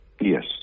Yes